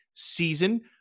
season